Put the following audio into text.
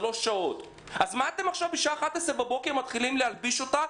אז מה אתם בשעה 11 בבוקר מתחילים להלביש אותה,